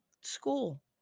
school